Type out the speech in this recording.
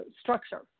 structure